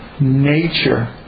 nature